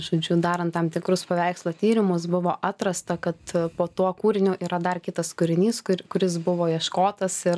žodžiu darant tam tikrus paveikslo tyrimus buvo atrasta kad po tuo kūriniu yra dar kitas kūrinys kur kuris buvo ieškotas ir